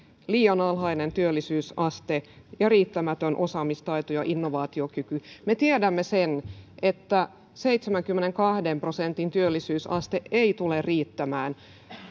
liian alhainen työllisyysaste ja riittämätön osaamistaito ja innovaatiokyky me tiedämme sen että seitsemänkymmenenkahden prosentin työllisyysaste ei tule riittämään